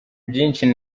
byinshi